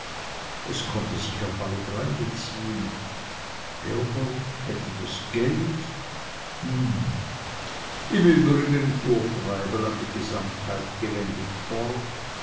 es konnte sich auf alle drei beziehen leopold hatte das geld hm im übrigen fuhr treibel an die gesamtheit gewendet fort